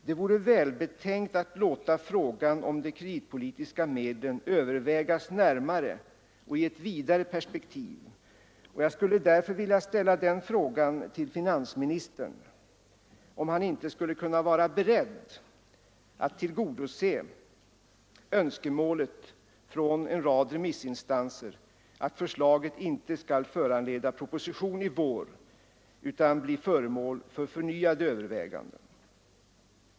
Det vore välbetänkt att låta frågan om de kreditpolitiska medlen övervägas närmare och i ett vidare perspektiv. Jag skulle därför vilja fråga finansministern om han inte skulle kunna vara beredd att tillgodose önskemålet från vissa remissinstanser, att förslaget inte skall föranleda proposition i vår utan bli föremål för förnyade överväganden.